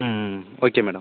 ம் ம் okay madam